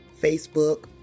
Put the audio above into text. Facebook